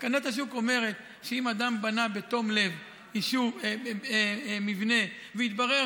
תקנת השוק אומרת שאם אדם בנה בתום לב מבנה והתברר,